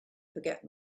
forget